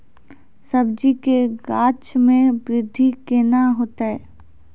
सब्जी के गाछ मे बृद्धि कैना होतै?